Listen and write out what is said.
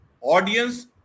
audience